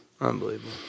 Unbelievable